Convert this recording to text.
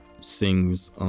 sings